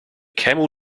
camel